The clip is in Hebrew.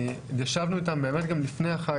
ישבנו איתם באמת גם לפני החג.